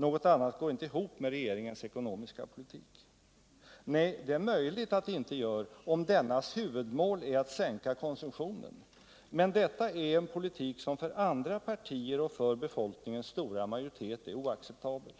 Något annat går inte ihop med regeringens ekonomiska politik. Nej, det är möjligt, om dennas huvudmål är att sänka konsumtionen. Men detta är en politik som för andra partier och för befolkningens stora majoritet är oacceptabel.